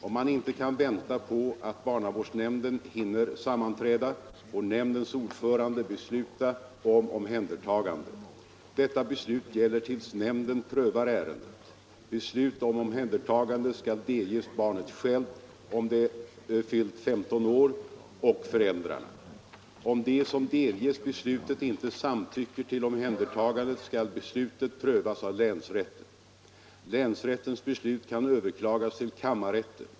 Om man inte kan vänta på att barnavårdsnämnden hinner sammanträda, får nämndens ordförande besluta om omhändertagande. Detta beslut gäller tills nämnden prövar ärendet. Beslut om omhändertagande skall delges barnet självt, om det fyllt 15 år, och föräldrarna. Om de som delges beslutet inte samtycker till omhändertagandet skall beslutet prövas av länsrätten. Länsrättens beslut kan överklagas till kammarrätten.